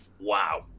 wow